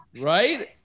Right